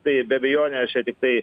tai be abejonės čia tiktai